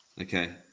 okay